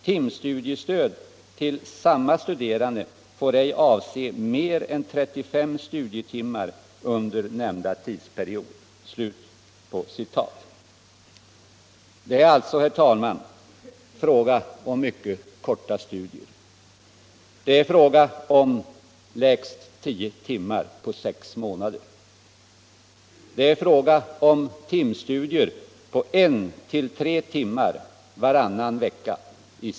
Timstudiestöd till samma studerande får ej avse mer än 35 studietimmar under nämnda tidsperiod.” Det är alltså, herr talman, fråga om mycket korta studier på minst tio timmar under sex månader, t.ex. 1-3 timmar varannan vecka.